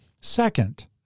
Second